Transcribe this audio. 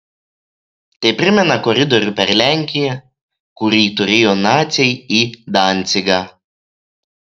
tai primena koridorių per lenkiją kurį turėjo naciai į dancigą